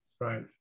right